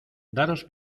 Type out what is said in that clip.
daros